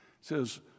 says